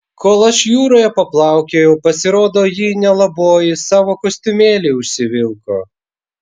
kol aš jūroje paplaukiojau pasirodo ji nelaboji savo kostiumėlį užsivilko